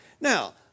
Now